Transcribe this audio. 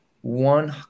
one